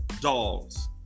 dogs